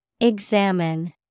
Examine